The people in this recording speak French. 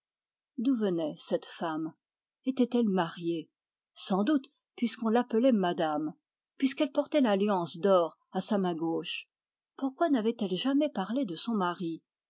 d'ou venait cette femme était-elle mariée sans doute puisqu'on l'appelait madame puisqu'elle portait l'alliance d'or à sa main gauche pourquoi n'avait-elle jamais parlé de son mari